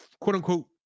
quote-unquote